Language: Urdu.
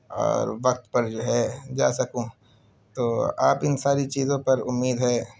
اور وقت پر جو ہے جا سکوں تو آپ ان ساری چیزوں پر امید ہے